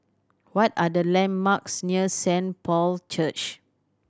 what are the landmarks near Saint Paul Church